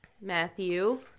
Matthew